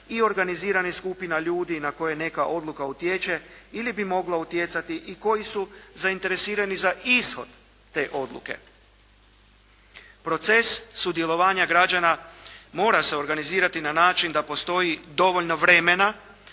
i organiziranih skupina ljudi na koje neka odluka utječe ili bi mogla utjecati i koji su zainteresirani za ishod te odluke. Proces sudjelovanja građana mora se organizirati na način da postoji dovoljno vremena